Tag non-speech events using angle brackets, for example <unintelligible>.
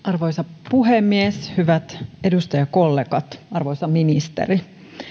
<unintelligible> arvoisa puhemies hyvät edustajakollegat arvoisa ministeri